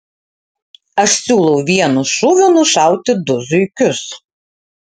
aš siūlau vienu šūviu nušauti du zuikius